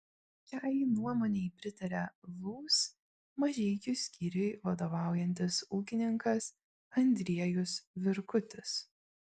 šiai nuomonei pritaria lūs mažeikių skyriui vadovaujantis ūkininkas andriejus virkutis